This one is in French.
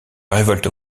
révolte